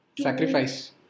Sacrifice